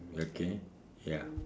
okay ya